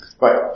right